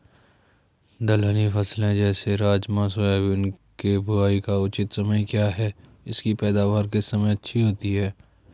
दलहनी फसलें जैसे राजमा सोयाबीन के बुआई का उचित समय क्या है इसकी पैदावार किस समय अच्छी होती है?